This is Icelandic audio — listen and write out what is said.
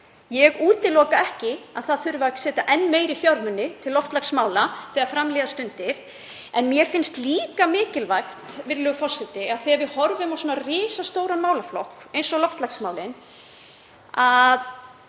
Ég útiloka ekki að það þurfi að setja enn meiri fjármuni til loftslagsmála þegar fram líða stundir. En mér finnst líka mikilvægt að nefna, virðulegur forseti, þegar við horfum á svona risastóran málaflokk eins og loftslagsmálin, að